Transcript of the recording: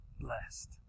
blessed